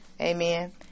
Amen